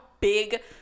big